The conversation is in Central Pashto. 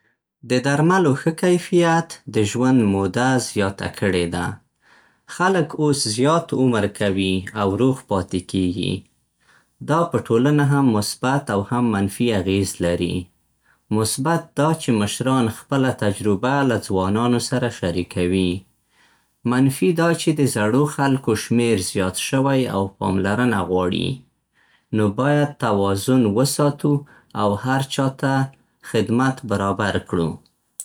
د درملو ښه کیفیت د ژوند موده زیاته کړې ده. خلک اوس زیات عمر کوي او روغ پاتې کېږي. دا په ټولنه هم مثبت او هم منفي اغېز لري. مثبت دا چې مشران خپله تجربه له ځوانانو سره شریکوي. منفي دا چې د زړو خلکو شمېر زیات شوی او پاملرنه غواړي. نو باید توازن وساتو او هر چا ته خدمت برابر کړو.